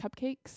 cupcakes